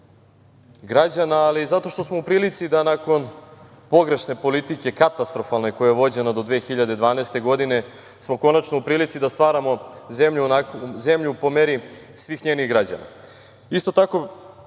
građana, ali i zato što smo u prilici da nakon pogrešne politike, katastrofalne, koja je vođena do 2012. godine, konačno u prilici da stvaramo zemlju po meri svih njenih građana. Isto tako,